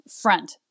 front